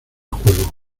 juego